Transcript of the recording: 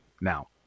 now